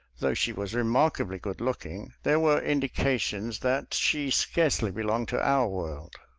though she was remarkably good looking, there were indications that she scarcely belonged to our world.